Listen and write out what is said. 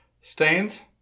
Stains